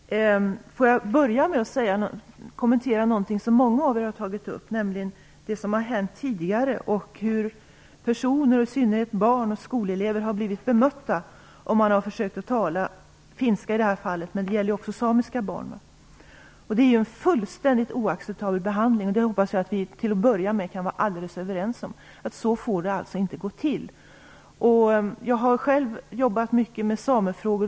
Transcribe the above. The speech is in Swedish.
Herr talman! Låt mig börja med att kommentera något som många av er har tagit upp, nämligen vad som har hänt tidigare och hur personer, i synnerhet barn och skolelever, har blivit bemötta när de har försökt tala finska. Detsamma gäller för samiska barn. Det är en fullständigt oacceptabel behandling. Jag hoppas att vi till att börja med kan vara helt överens om att det inte får gå till på det sättet. Jag har själv jobbat mycket med samefrågor.